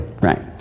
right